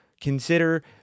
consider